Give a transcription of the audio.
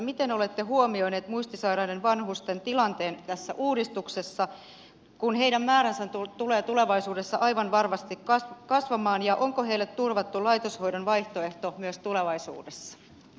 miten olette huomioineet muistisairaiden vanhusten tilanteen tässä uudistuksessa kun heidän määränsä tulee tulevaisuudessa aivan varmasti kasvamaan ja onko heille turvattu laitoshoidon vaihtoehto myös tulevaisuudessa